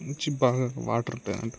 మంచి బాగా వాటర్ ఉంటాయి అందులో